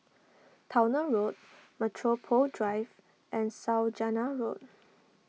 Towner Road Metropole Drive and Saujana Road